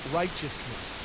righteousness